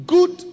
Good